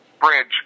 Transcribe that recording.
bridge